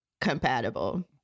compatible